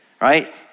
right